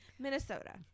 Minnesota